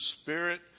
Spirit